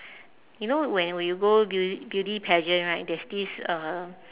you know when when you go bea~ beauty pageant right there's this uh